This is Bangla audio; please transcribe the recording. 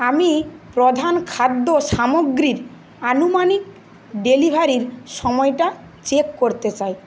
আমি প্রধান খাদ্য সামগ্রীর আনুমানিক ডেলিভারির সময়টা চেক করতে চাই